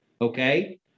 okay